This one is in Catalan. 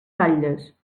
ratlles